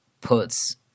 puts